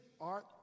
art